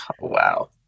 Wow